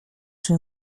czy